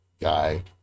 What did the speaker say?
guy